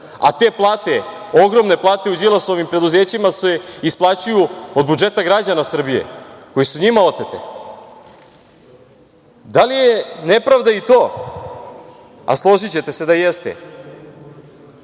a te plate, ogromne plate u Đilasovim preduzećima se isplaćuju od budžeta građana Srbije koje su njima otete? Da li je nepravda i to, a složićete se da jeste,